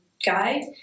guide